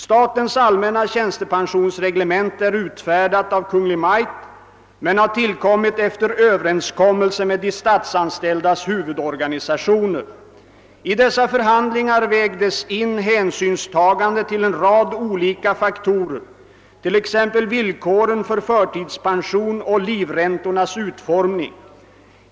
Statens allmänna tjänstepensionsreglemente är utfärdat av Kungl. Maj:t men har tillkommit efter överenskommelse med de statsanställdas huvudorganisationer. I dessa förhandlingar vägdes in hänsynstagande till en rad olika faktorer t.ex. villkoren för förtidspension och livräntornas utformning.